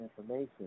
information